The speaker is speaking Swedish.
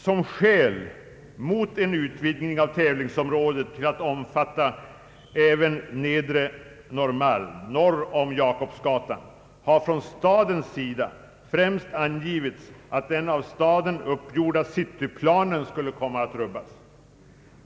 Som skäl mot en utvidgning av tävlingsområdet till att omfatta även Nedre Normalm norr om Jakobsgatan har från stadens sida främst angivits att den av staden uppgjorda cityplanen skulle komma att rubbas.